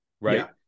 right